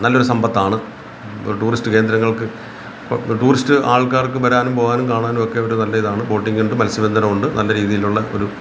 നല്ലൊരു സമ്പത്താണ് ഒരു ടൂറിസ്റ്റ് കേന്ദ്രങ്ങൾക്ക് ടൂറിസ്റ്റ് ആൾക്കാർക്ക് വരാനും പോവാനും കാണാനും ഒക്കെ ഒരു നല്ല ഇതാണ് ബോട്ടിങ്ങ് ഉണ്ട് മത്സ്യബന്ധനം ഉണ്ട് നല്ല രീതിയിലുള്ള ഒരു